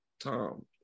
Tom